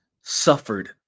suffered